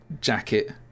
jacket